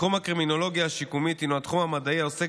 תחום הקרימינולוגיה השיקומית הינו התחום המדעי העוסק